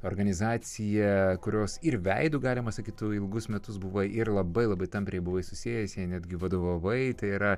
organizacija kurios ir veidu galima sakyti tu ilgus metus buvai ir labai labai tampriai buvai susijęs jai netgi vadovavai tai yra